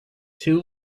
two